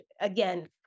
again